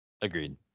Agreed